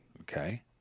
Okay